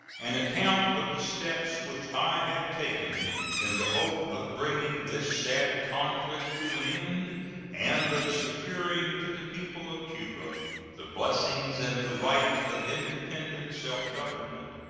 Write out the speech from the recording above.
an account of the steps which i had taken in the hope of bringing this sad conflict to an end and of securing to the people of cuba the blessings and the right of independent self-government.